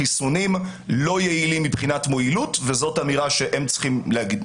החיסונים לא יעילים מבחינת מועילות וזאת אמירה שהם צריכים לומר.